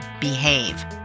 behave